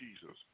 Jesus